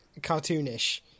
cartoonish